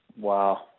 Wow